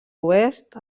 oest